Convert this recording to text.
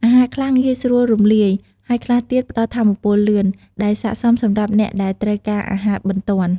អាហារខ្លះងាយស្រួលរំលាយ ហើយខ្លះទៀតផ្តល់ថាមពលលឿន ដែលស័ក្តិសមសម្រាប់អ្នកដែលត្រូវការអាហារបន្ទាន់។